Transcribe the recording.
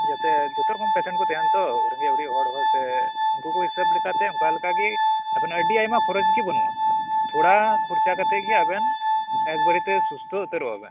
ᱡᱚᱛᱚ ᱨᱚᱠᱚᱢ ᱯᱮᱥᱮᱱᱴ ᱠᱚ ᱛᱟᱦᱮᱱᱟ ᱛᱚ ᱨᱮᱸᱜᱮᱡᱼᱚᱨᱮᱡ ᱦᱚᱲ ᱦᱚᱸ ᱥᱮ ᱩᱱᱠᱩ ᱠᱚ ᱦᱤᱥᱟᱹᱵᱽ ᱞᱮᱠᱟᱛᱮ ᱚᱱᱠᱟ ᱞᱮᱠᱟᱜᱮ ᱟᱵᱤᱱ ᱟᱹᱰᱤ ᱟᱭᱢᱟ ᱠᱷᱚᱨᱚᱪ ᱜᱮ ᱵᱟᱹᱱᱩᱜᱼᱟ ᱛᱷᱚᱲᱟ ᱠᱷᱚᱨᱪᱟ ᱛᱮᱜᱮ ᱟᱵᱤᱱ ᱮᱠᱵᱟᱨᱮ ᱜᱮ ᱥᱩᱥᱛᱷᱚ ᱩᱛᱟᱹᱨᱚᱜᱼᱟ ᱵᱤᱱ